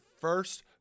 first